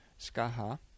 Skaha